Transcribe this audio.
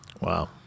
Wow